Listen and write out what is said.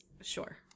sure